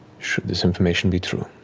should this information be true,